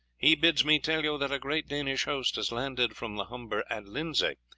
he bids me tell you that a great danish host has landed from the humber at lindsay.